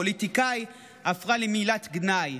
פוליטיקאי הפך למילת גנאי.